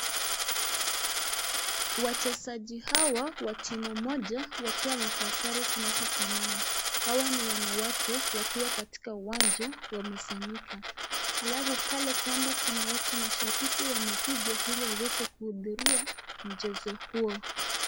Wachezaji hawa wa timu moja wakiwa wamevaa sare zinazofanana hawa ni wanawake wakiwa katika uwanja wamesanyika alafu pale kando kuna watu mashabiki wamekuja ili waweze kuhudhuria mchezo huo.